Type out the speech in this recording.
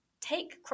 Take